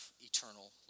eternal